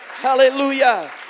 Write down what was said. hallelujah